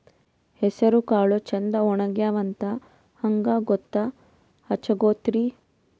ಹೆಸರಕಾಳು ಛಂದ ಒಣಗ್ಯಾವಂತ ಹಂಗ ಗೂತ್ತ ಹಚಗೊತಿರಿ?